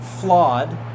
flawed